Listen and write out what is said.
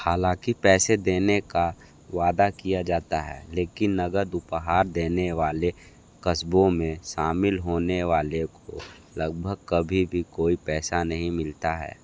हालाँकि पैसे देने का वादा किया जाता है लेकिन नगद उपहार देने वाले कस्बों में शामिल होने वाले को लगभग कभी भी कोई पैसा नहीं मिलता है